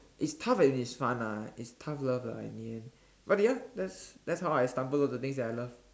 it's tough and it's fun ah it's tough love lah in the end but ya that's that's how I stumbled on the things I love